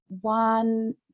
one